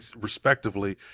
respectively